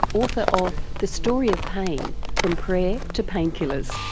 author of the story of pain from prayer to painkillers.